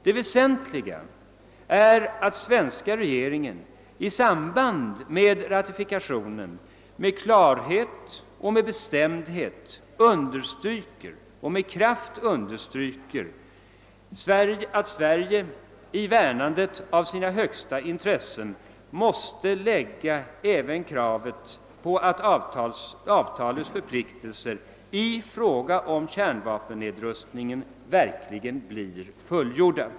Det väsentliga är att den svenska regeringen i samband med ratifikationen klart och kraftfullt understryker att Sverige i värnandet av sina högsta intressen även måste hävda kravet att avtalets förpliktelser i fråga om kärnvapennedrustningen verkligen blir fullgjorda.